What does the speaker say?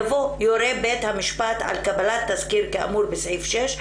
יבוא: יורה בית המשפט על קבלת תסקיר כאמור בסעיף 6,